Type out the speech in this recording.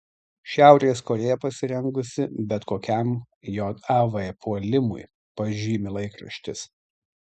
šiaurės korėja pasirengusi bet kokiam jav puolimui pažymi laikraštis